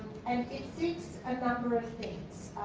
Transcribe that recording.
and it seeks a ah number of things,